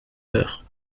eure